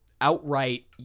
outright